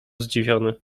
zdziwiony